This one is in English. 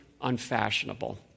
unfashionable